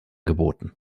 geboten